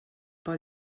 pel